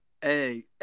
Hey